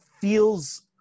feels